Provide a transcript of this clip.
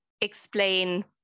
explain